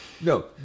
No